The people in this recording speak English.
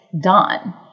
done